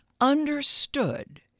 understood